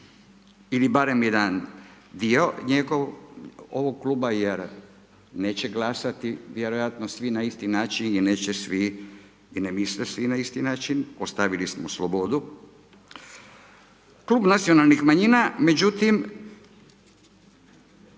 ili barem jedan dio njegov ovog kluba jer neće glasati svi na isti način i neće svi i ne misle svi na isti način, ostavili smo slobodu. Klub Nacionalnih manjina, međutim